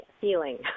feeling